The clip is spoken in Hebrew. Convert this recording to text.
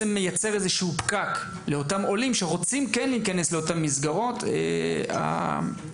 מייצר פקק לאותם העולים שרוצים להיכנס למסגרות האמורות.